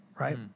right